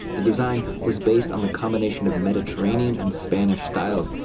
the design was based on the combination of mediterranean and spanish styles.